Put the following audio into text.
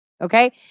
okay